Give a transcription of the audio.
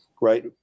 right